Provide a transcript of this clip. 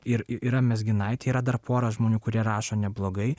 ir yra mezginaitė yra dar pora žmonių kurie rašo neblogai